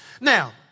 Now